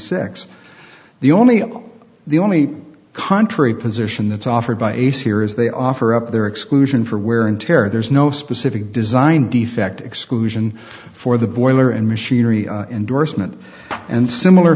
six the only on the only contrary position that's offered by ace here is they offer up their exclusion for wear and tear there is no specific design defect exclusion for the boiler and machinery endorsement and similar